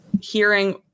hearing